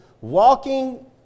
walking